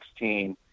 2016